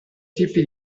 tipi